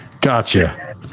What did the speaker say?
gotcha